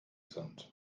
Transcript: sind